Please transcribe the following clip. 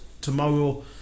tomorrow